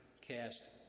cast